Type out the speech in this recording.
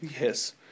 Yes